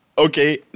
Okay